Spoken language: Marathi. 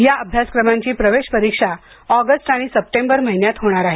या अभ्यासक्रमांची प्रवेश परीक्षा ऑगस्ट आणि सप्टेंबर महिन्यात होणार आहे